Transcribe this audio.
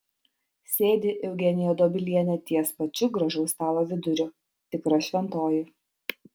sėdi eugenija dobilienė ties pačiu gražaus stalo viduriu tikra šventoji